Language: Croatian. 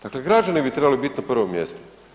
Dakle građani bi trebali biti na prvom mjestu.